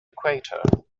equator